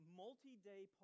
multi-day